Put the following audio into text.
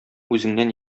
үзеңнән